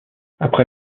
après